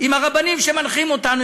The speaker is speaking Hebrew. עם הרבנים שמנחים אותנו,